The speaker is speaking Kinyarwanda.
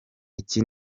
iki